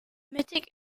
mittig